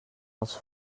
als